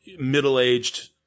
middle-aged